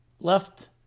left